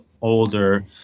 older